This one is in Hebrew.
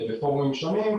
בפורומים שונים,